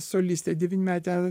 solistę devynmetę